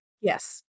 Yes